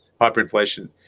hyperinflation